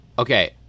Okay